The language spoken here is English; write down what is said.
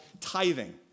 tithing